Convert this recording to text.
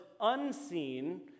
unseen